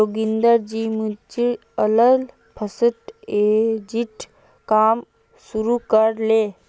योगेंद्रजी mutual fund एजेंटेर काम शुरू कर ले